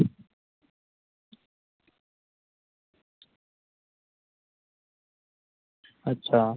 अच्छा